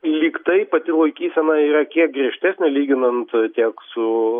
lyg tai pati laikysena yra kiek griežtesnė lyginant tiek su